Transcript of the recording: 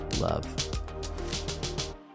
love